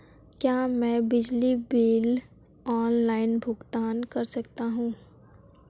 क्या मैं अपना बिजली बिल ऑनलाइन भुगतान कर सकता हूँ?